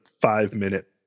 five-minute